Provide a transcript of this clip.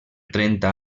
trenta